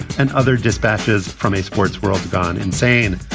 and other dispatches from a sports world's gone insane.